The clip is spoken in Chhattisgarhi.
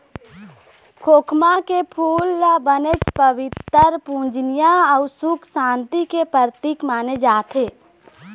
खोखमा के फूल ल बनेच पबित्तर, पूजनीय अउ सुख सांति के परतिक माने जाथे